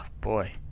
boy